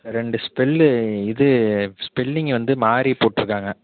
ரெண்டு ஸ்பெல்லு இது ஸ்பெல்லிங் வந்து மாதிரி போட்டுருக்காங்க